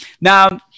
now